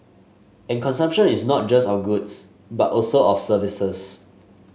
and consumption is not just of goods but also of services